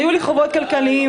היו לי חובות כלכליים